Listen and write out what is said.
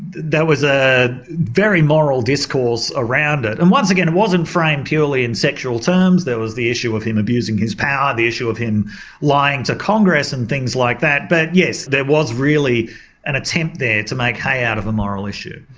there was a very moral discourse around it and once again it wasn't framed purely in sexual terms, there was the issue of him abusing his power, the issue of him lying to congress and things like that. but yes, there was really an attempt there to make hay out of a moral issue.